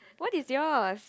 what is yours